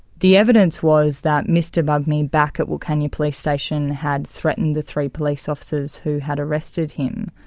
the evidence was that mr bugmy back at wilcannia police station had threatened the three police officers who had arrested him,